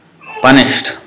punished